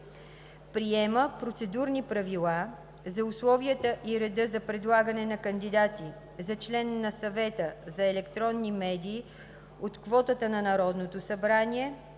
Приема Процедурни правила за условията и реда за предлагане на кандидати за член на Съвета за електронни медии от квотата на Народното събрание,